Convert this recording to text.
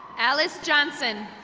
alice johnson.